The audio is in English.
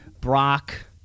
Brock